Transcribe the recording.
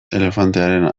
elefantearen